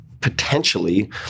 potentially